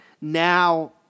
Now